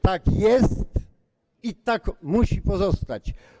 Tak jest i tak musi pozostać.